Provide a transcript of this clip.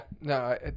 No